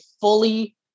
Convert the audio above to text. fully